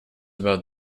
about